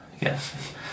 Yes